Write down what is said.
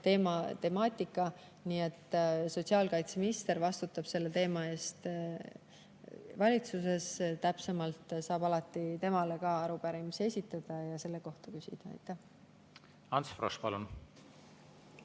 või temaatika. Sotsiaalkaitseminister vastutab selle teema eest valitsuses, täpsemalt saab alati temale ka arupärimisi esitada ja selle kohta küsida. Ants Frosch, palun!